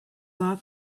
bar